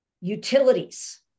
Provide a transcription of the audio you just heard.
Utilities